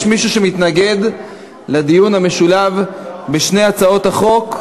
יש מישהו מחברי הכנסת שמתנגד לדיון משולב בשתי הצעות החוק?